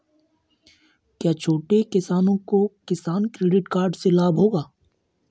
क्या छोटे किसानों को किसान क्रेडिट कार्ड से लाभ होगा?